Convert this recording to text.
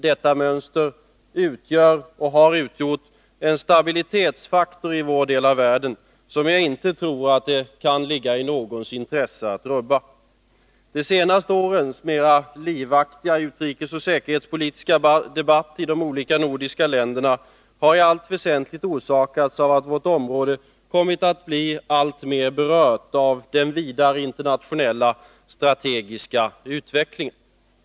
Detta mönster utgör och har utgjort en stabilitetsfaktor i vår del av världen, som jag inte tror att det kan ligga i någons intresse att rubba. De senaste årens mera livaktiga utrikesoch säkerhetspolitiska debatt i olika nordiska länder har i allt väsentligt orsakats av att vårt område kommit att bli alltmer berört av den vidare internationella strategiska utvecklingen.